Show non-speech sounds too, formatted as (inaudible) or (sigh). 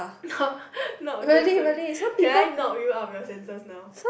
knoc~ (laughs) knock that one can I knock you out of your senses now